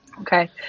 Okay